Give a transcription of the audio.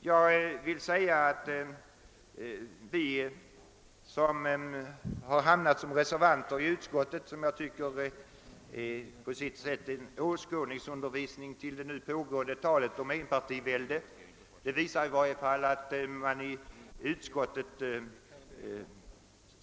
Det förhållandet att vi socialdemokrater hamnat som reservanter i utskottet tycker jag på sitt sätt utgör en åskådningsundervisning beträffande det felaktiga i det tal om enpartivälde som nu förekommer.